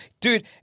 Dude